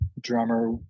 drummer